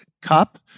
cup